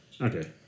Okay